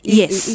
yes